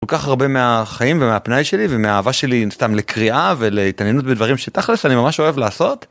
כל כך הרבה מהחיים ומהפניי שלי ומהאהבה שלי סתם לקריאה ולהתעניינות בדברים שתכלס' אני ממש אוהב לעשות.